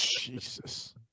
Jesus